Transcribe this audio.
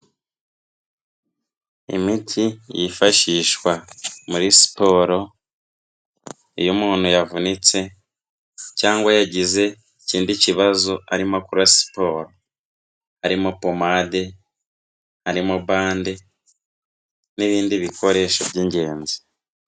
Imiti yifashishwa muri siporo, iyo umuntu yavunitse cyangwa yagize ikindi kibazo arimo akora siporo. Harimo pomade, harimo bande n'ibindi bikoresho by'ingenzi.